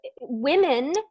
women